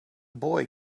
boy